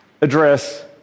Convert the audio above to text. address